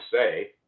say